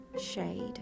shade